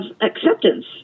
acceptance